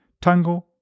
Tango